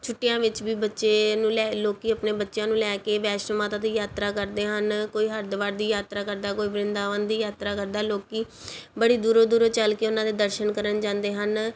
ਛੁੱਟੀਆਂ ਵਿਚ ਵੀ ਬੱਚੇ ਨੂੰ ਲੋਕ ਆਪਣੇ ਬੱਚਿਆਂ ਨੂੰ ਲੈ ਕੇ ਵੈਸ਼ਨੋ ਮਾਤਾ ਦੇ ਯਾਤਰਾ ਕਰਦੇ ਹਨ ਕੋਈ ਹਰਿਦੁਵਾਰ ਦੀ ਯਾਤਰਾ ਕਰਦਾ ਕੋਈ ਵਰਿੰਦਾਵਨ ਦੀ ਯਾਤਰਾ ਕਰਦਾ ਲੋਕ ਬੜੀ ਦੂਰੋਂ ਦੂਰੋਂ ਚੱਲ ਕੇ ਉਹਨਾਂ ਦੇ ਦਰਸ਼ਨ ਕਰਨ ਜਾਂਦੇ ਹਨ